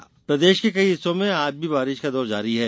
मौसम प्रदेश के कई हिस्सों में आज भी बारिश का दौर जारी है